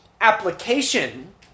application